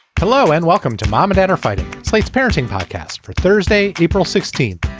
hello and welcome to mom and edified slate's parenting podcast for thursday, april sixteenth.